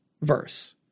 verse